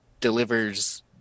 delivers